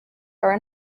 are